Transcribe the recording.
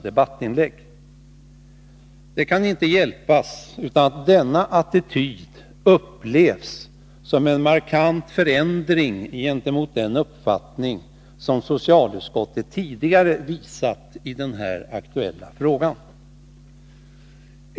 Det kan inte hjälpas att denna attityd upplevs som en markant förändring gentemot den uppfattning som socialutskottet tidigare haft i den här aktuella frågan.